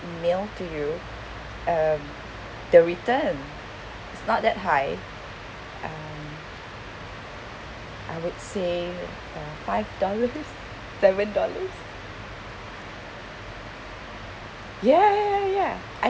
mail to you um the return it's not that high um I would say uh five dollars seven dollars ya ya ya ya I